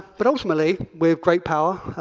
but ultimately, we have great power,